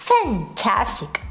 Fantastic